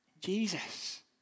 Jesus